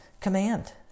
command